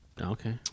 Okay